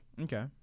Okay